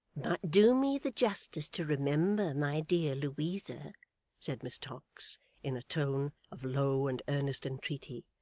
do me the justice to remember, my dear louisa said miss tox in a tone of low and earnest entreaty,